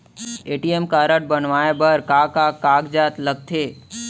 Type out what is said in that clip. ATM card बनवाये बर का का कागज लगथे?